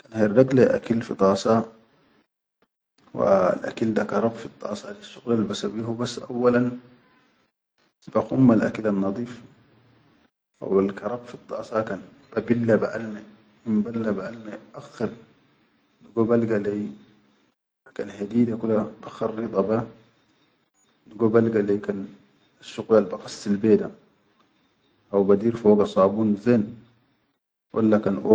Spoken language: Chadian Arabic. kan herrak lai akil fi dasa wal akil da Karab fiddasa di asshuqul al basawwi habas awwalan bakhumal akil annadif hawalkarab fiddasa kan babilla be alme imballa be alme i-akkhir dugo balga lai kan hadide kula bakharrida baha, digo balga lai kan asshuqul al baqassil be da haw badir foga sabun zen.